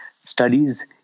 studies